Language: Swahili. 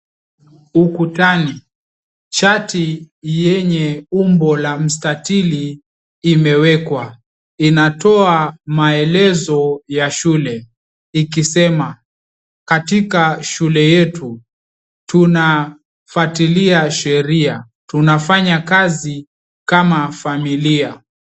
Ukutani chati yenye umbo la mstatili imewekwa. Inatoa maelezo ya shule ikisema katika shule yetu, tunafatilia sheria, tunafanya kazi kama familia.